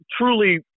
truly